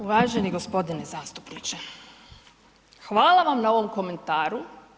Uvaženi gospodine zastupniče, hvala vam na ovom komentaru.